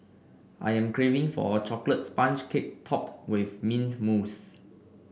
I am craving for a chocolate sponge cake topped with mint mousse